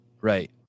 Right